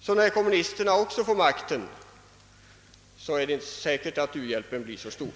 Så även om kommunisterna hade makten är det inte säkert att u-hjälpen blivit så stor.